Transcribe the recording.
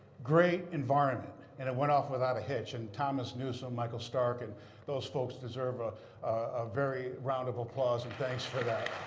great environment. and it went off without a hitch. and thomas newsome, michael stark, and those folks deserve ah ah a round of applause and thanks for that.